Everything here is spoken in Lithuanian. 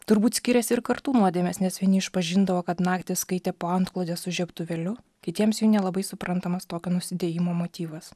turbūt skiriasi ir kartų nuodėmės nes vieni išpažindavo kad naktį skaitė po antklode su žiebtuvėliu kitiems jau nelabai suprantamas tokio nusidėjimo motyvas